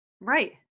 Right